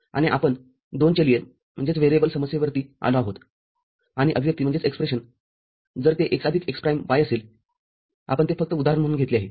आणि आपण दोन चलीयसमस्येवरती आलो आहोत आणि अभिव्यक्तीजर ते x आदिक x प्राईम y असेलआपण ते फक्त उदाहरण म्हणून घेतले आहे